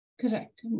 Correct